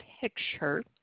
picture